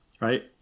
right